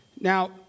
Now